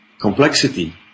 complexity